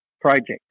project